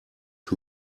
who